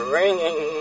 ringing